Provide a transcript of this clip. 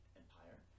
empire